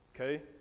Okay